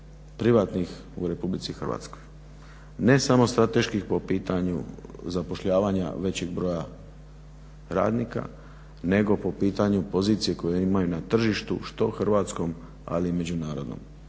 privatnih u RH. Ne samo strateških po pitanju zapošljavanje većeg broja radnika nego po pitanju pozicije koje imaju na tržištu što hrvatskom ali i međunarodnom.